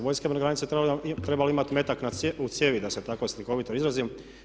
Vojska bi na granici trebala imati metak u cijevi, da se tako slikovito izrazim.